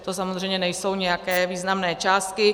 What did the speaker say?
To samozřejmě nejsou nijak významné částky.